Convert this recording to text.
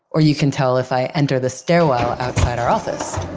or you can tell if i enter the stairwell outside our office.